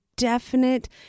Definite